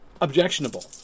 objectionable